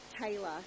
Taylor